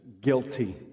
guilty